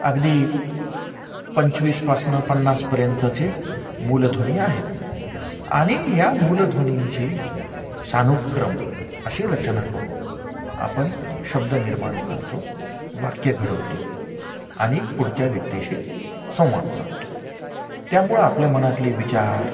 अगदी पंचवीसपासून पन्नासपर्यंतचे मूलध्वनी आहेत आणि या मूलध्वनींची सानुक्रम अशी रचना करून आपण शब्द निर्माण करतो वाक्य घडवतो आणि पुढच्या व्यक्तिशी संवाद साधतो त्यामुळं आपल्या मनातले विचार